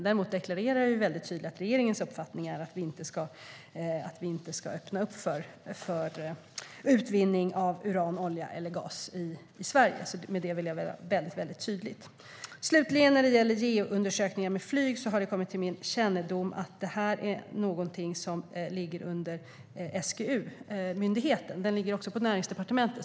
Däremot deklarerar jag väldigt tydligt att regeringens uppfattning är att vi inte ska öppna upp för utvinning av uran, olja eller gas i Sverige. Med detta vill jag vara väldigt tydlig. När det gäller geoundersökningar med flyg har det kommit till min kännedom att detta ligger under myndigheten SGU, som ligger under Näringsdepartementet.